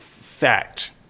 fact